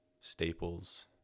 Staples